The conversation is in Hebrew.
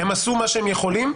הם עשו מה שהם יכולים,